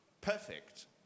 perfect